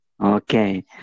Okay